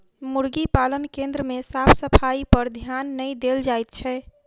मुर्गी पालन केन्द्र मे साफ सफाइपर ध्यान नै देल जाइत छै